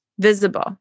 visible